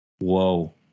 Whoa